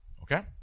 Okay